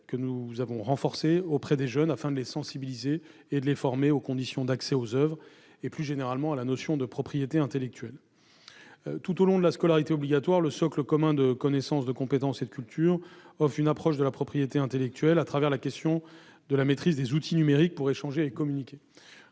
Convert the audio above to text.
que nous avons renforcée, est menée auprès des jeunes pour les sensibiliser et les former aux conditions d'accès aux oeuvres et, plus généralement, à la notion de propriété intellectuelle. Tout au long de la scolarité obligatoire, le socle commun de connaissances, de compétences et de culture offre une approche de la propriété intellectuelle, à travers l'objectif de maîtrise des outils numériques pour échanger et communiquer.